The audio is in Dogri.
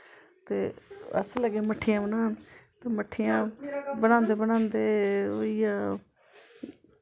ते अस लगे मट्ठियां बनान ते मट्ठियां बनांदे बनांदे होई गेआ